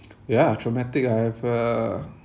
ya traumatic I have uh